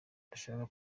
ndashaka